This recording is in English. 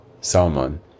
Salmon